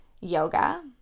yoga